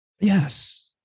Yes